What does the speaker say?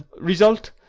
Result